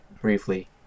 briefly